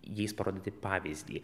jais parodyti pavyzdį